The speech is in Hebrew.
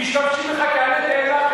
משתמשים בך כעלה תאנה,